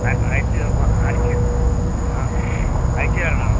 അയച്ച് തരണോ